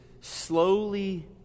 slowly